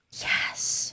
Yes